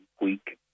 weak